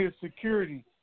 security